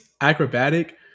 acrobatic